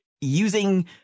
using